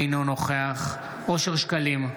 אינו נוכח אושר שקלים,